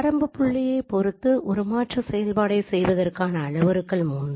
ஆரம்ப புள்ளியை பொறுத்து உருமாற்ற செயல்பாட்டை செய்வதற்கான அளவுருக்கள் 3